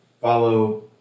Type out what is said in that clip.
follow